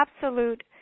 absolute